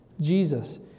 Jesus